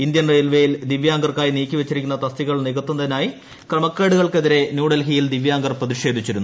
Indian റെയിൽവേയിൽ ദിവ്യൂട്ട്രാർക്കായി നീക്കിവച്ചിരിക്കുന്ന തസ്തികകൾ നികത്തുന്നതിലെ ക്രമക്കേട്ടുക്ട്ൾക്കതിരെ ന്യൂഡൽഹിയിൽ ദിവ്യാംഗർ പ്രതിഷേധിച്ചിരുന്നു